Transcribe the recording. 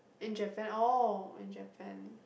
in Japan oh in Japan